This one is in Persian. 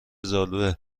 زالوئه